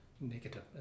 negative